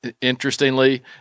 Interestingly